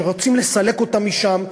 שרוצים לסלק אותם משם,